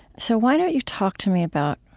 so why don't you talk to me about,